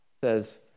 says